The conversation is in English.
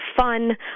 fun